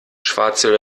schwarze